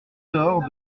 tort